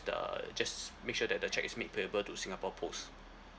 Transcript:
the just make sure that the cheque is made payable to singapore post